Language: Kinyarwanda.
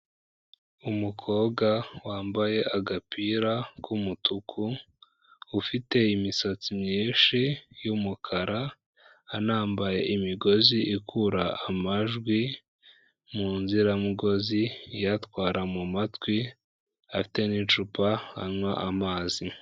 Umukobwa wambaye agapira kumutuku, ufite imisatsi myinshi y'umukara, anambaye imigozi ikura amajwi mu nziramugozi, iyatwara mu matwi, afite n'icupa anywa amazi.